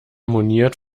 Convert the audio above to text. moniert